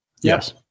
Yes